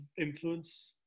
influence